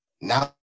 now